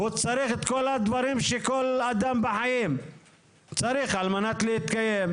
הוא צריך את כל הדברים הבסיסיים שכל אדם צריך בחיים על מנת להתקיים.